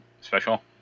special